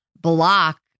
block